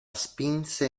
spinse